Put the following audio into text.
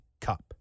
cup